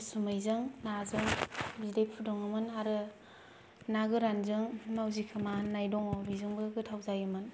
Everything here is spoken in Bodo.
उसुमैजों नाजों बिदै फुदुङोमोन आरो ना गोरानजों मावजि खोमा होननाय दं बेजोंबो गोथाव जायोमोन